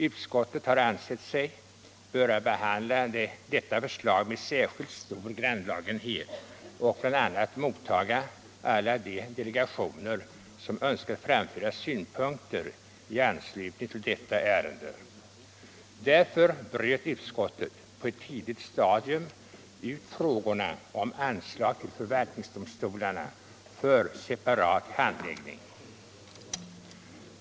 Utskottet har ansett sig böra behandla detta förslag med särskilt stor grannlagenhet och bl.a. motta alla de delegationer som önskat framföra synpunkter i anslutning till detta ärende. Därför bröt utskottet på ett tidigt stadium ut frågorna om anslag till förvaltningsdomstolarna för separat handläggning.